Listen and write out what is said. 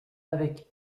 avec